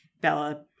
Bella